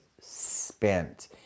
spent